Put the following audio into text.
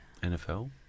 NFL